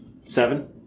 Seven